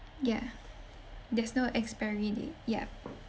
ya there's no expiry date yup